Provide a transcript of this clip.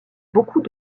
beaucoup